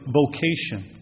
vocation